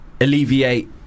alleviate